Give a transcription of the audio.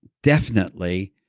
definitely,